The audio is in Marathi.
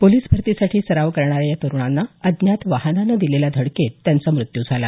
सैन्यभरतीसाठी सराव करणाऱ्या या तरुणांना अज्ञात वाहनानं दिलेल्या धडकेत त्यांचा मृत्यू झाला